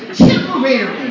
temporary